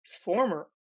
former